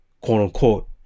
quote-unquote